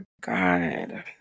god